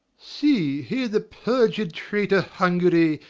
see, here the perjur'd traitor hungary,